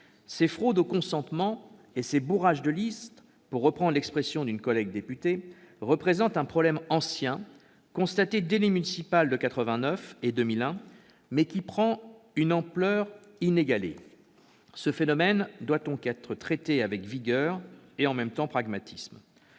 ces « fraudes au consentement » et ces « bourrages de liste », pour reprendre l'expression d'une collègue députée, représentent un problème ancien, constaté dès les municipales de 1989 et 2001, qui prend une ampleur inégalée. Ce phénomène doit donc être traité avec vigueur et pragmatisme.